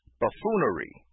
buffoonery